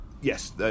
yes